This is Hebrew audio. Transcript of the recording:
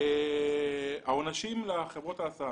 העונשים לחברות ההסעה.